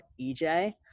EJ